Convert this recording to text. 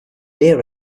beer